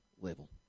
level